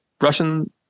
Russian